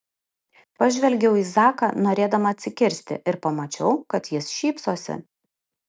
pažvelgiau į zaką norėdama atsikirsti ir pamačiau kad jis šypsosi